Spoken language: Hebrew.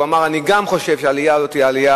הוא אמר: אני גם חושב שהעלייה הזאת היא עלייה